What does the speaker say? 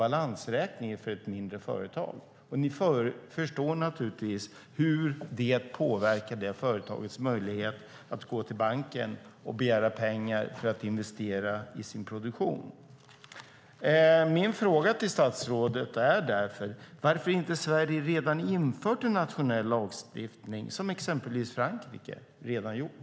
Balansräkningen för ett mindre företag fördubblas nästan, och då förstår ni naturligtvis hur det påverkar det företagets möjlighet att gå till banken och begära pengar för att investera i sin produktion. Min fråga till statsrådet är därför varför inte Sverige redan har infört en nationell lagstiftning som exempelvis Frankrike redan har gjort.